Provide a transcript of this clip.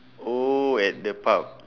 oh at the pub